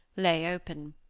lay open.